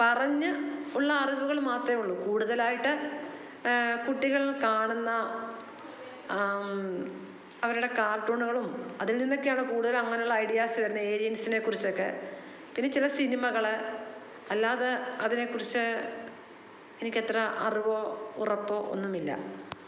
പറഞ്ഞ് ഉള്ള അറിവുകൾ മാത്രമേ ഉള്ളൂ കൂടുതലായിട്ട് കുട്ടികള് കാണുന്ന അവരുടെ കാർട്ടൂണുകളും അതില് നിന്നൊക്കെയാണ് കൂടുതല് അങ്ങനെയുള്ള ഐഡിയാസ് വരുന്നത് ഏലിയന്സിനെ കുറിച്ചൊക്കെ പിന്നെ ചില സിനിമകൾ അല്ലാതെ അതിനെ കുറിച്ച് എനിക്ക് അത്ര അറിവോ ഉറപ്പോ ഒന്നുമില്ല